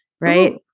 right